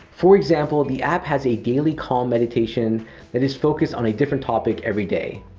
for example, the app has a daily calm meditation that is focused on a different topic every day.